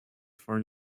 for